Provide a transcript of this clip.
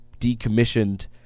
decommissioned